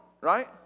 right